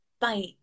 Bye